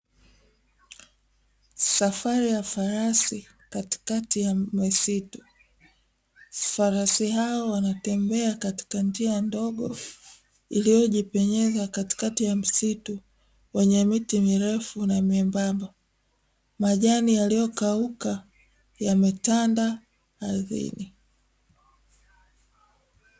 Safari ya farasi katikati ya msitu, farasi hao wanapita katika njia ndogo iliyojipenyeza Katikati ya msitu wenye miti mirefu na membamba. Majani yalilyo kauka yemetanda ardhini.